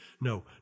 No